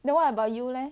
then what about you leh